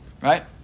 Right